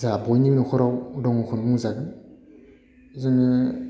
जाहा बयनिबो न'खराव दङखौनो बुंजायो जोङो